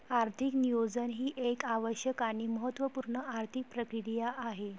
आर्थिक नियोजन ही एक आवश्यक आणि महत्त्व पूर्ण आर्थिक प्रक्रिया आहे